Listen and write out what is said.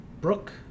Brooke